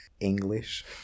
English